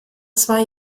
zwei